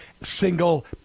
single